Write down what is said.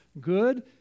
good